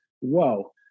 whoa